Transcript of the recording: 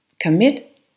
Commit